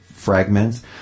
fragments